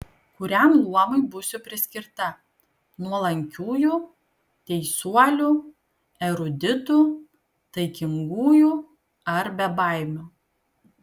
kuriam luomui būsiu priskirta nuolankiųjų teisuolių eruditų taikingųjų ar bebaimių